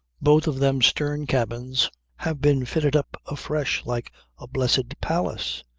both of them stern cabins have been fitted up afresh like a blessed palace.